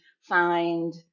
find